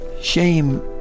shame